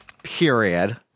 period